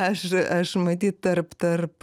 aš aš matyt tarp tarp